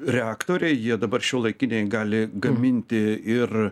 reaktoriai jie dabar šiuolaikiniai gali gaminti ir